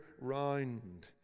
round